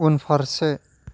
उनफारसे